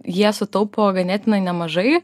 jie sutaupo ganėtinai nemažai